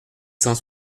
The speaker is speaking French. cent